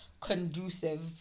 conducive